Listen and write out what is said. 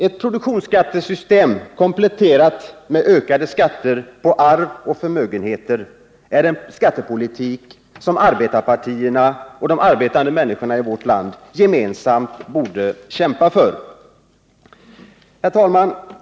Ett produktionsskattesystem, kompletterat med ökade skatter på arv och förmögenheter, är en skattepolitik som arbetarpartierna och de arbetande människorna i vårt land gemensamt borde kämpa för. Herr talman!